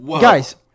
guys